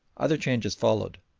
other changes followed.